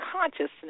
consciousness